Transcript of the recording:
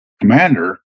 commander